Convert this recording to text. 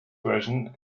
version